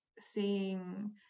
seeing